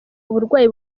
burwayi